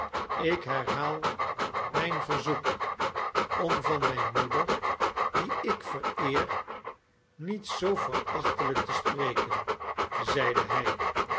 ik herhaal mijn verzoek om van mijn moeder die ik vereer niet zoo verachtelijk te spreken zeide hij